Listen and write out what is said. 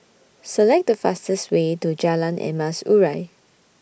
Select The fastest Way to Jalan Emas Urai